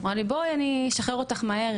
אמרה לי "בואי אני אשחרר אותך מהר,